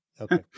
Okay